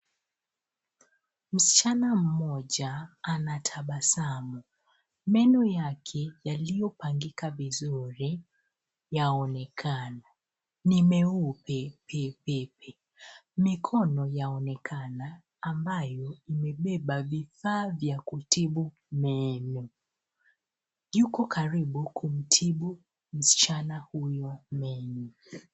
Msichana mmoja anatabasamu. Meno yake yaliyopangika vizuri yaonekana. Ni meupe pe pe pe. Mikono yaonekana, ambayo imebeba vifaa vya kutibu meno. Yuko karibu kumtibu msichana huyu meno.